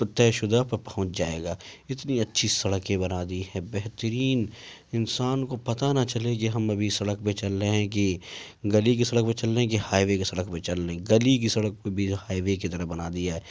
طے شدہ پر پہنچ جائے گا اتنی اچھی سڑکیں بنا دی ہیں بہترین انسان کو پتہ نہ چلے کہ ہم ابھی سڑک پہ چل رہے ہیں کہ گلی کی سڑک پہ چل رہے ہیں کہ ہائی وے کی سڑک پہ چل رہے ہیں گلی کی سڑک پہ بھی ہائی وے کی طرح بنا دیا ہے